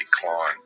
decline